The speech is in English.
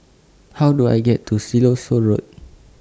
How Do I get to Siloso Road